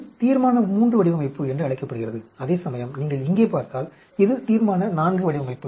எனவே இது தீர்மான III வடிவமைப்பு என்று அழைக்கப்படுகிறது அதேசமயம் நீங்கள் இங்கே பார்த்தால் இது தீர்மான IV வடிவமைப்பு